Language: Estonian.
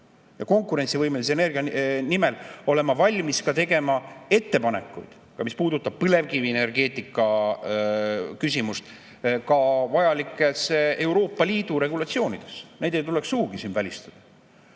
ja konkurentsivõimelise energia nimel tegema ettepanekuid, mis puudutavad põlevkivienergeetika küsimust, ka vajalikes Euroopa Liidu regulatsioonides. Neid ei tuleks sugugi välistada. Aga